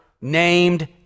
named